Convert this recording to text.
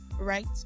right